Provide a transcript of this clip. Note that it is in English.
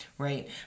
right